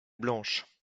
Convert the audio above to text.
blanche